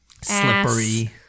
slippery